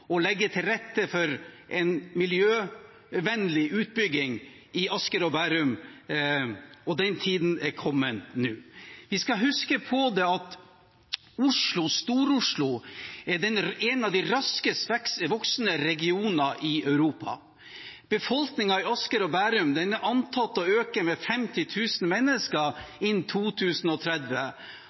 og legge til rette for en miljøvennlig utbygging i Asker og Bærum, og den tiden er kommet nå. Vi skal huske på at Stor-Oslo er en av de raskest voksende regioner i Europa. Befolkningen i Asker og Bærum er antatt å øke med 50 000 mennesker innen 2030.